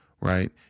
right